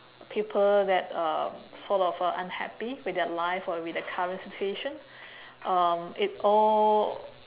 people that uh sort of uh unhappy with their life or with their current situation um it all